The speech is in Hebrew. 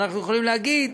ואנחנו יכולים להגיד: